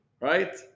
right